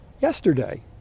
yesterday